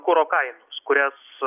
kuro kainos kurias